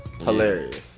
Hilarious